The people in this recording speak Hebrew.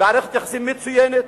מערכת יחסים מצוינת.